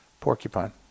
porcupine